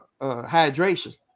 hydration